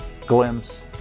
glimpse